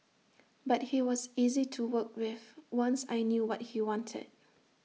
but he was easy to work with once I knew what he wanted